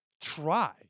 try